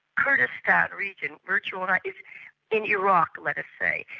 kurdistan region virtual or not is in iraq let us say,